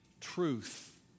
truth